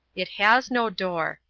it has no door,